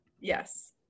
Yes